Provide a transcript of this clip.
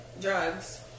drugs